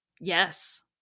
Yes